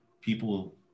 people